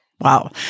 Wow